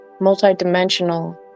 multidimensional